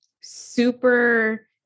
super